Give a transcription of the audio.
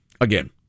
Again